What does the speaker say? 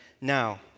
Now